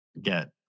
get